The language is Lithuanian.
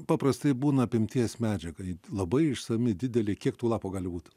paprastai būna apimties medžiaga labai išsami didelė kiek tų lapų gali būt